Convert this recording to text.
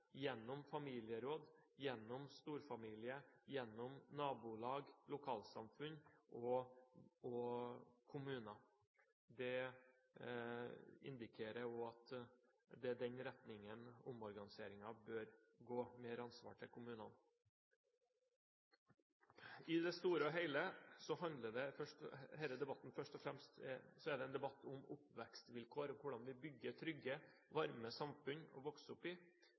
gjennom familieråd, gjennom storfamilie, gjennom nabolag, lokalsamfunn og kommuner. Det indikerer også at det er i den retningen omorganiseringen bør gå, med mer ansvar til kommunene. I det store og hele er denne debatten først og fremst en debatt om oppvekstvilkår og hvordan vi bygger trygge, varme samfunn å vokse opp i,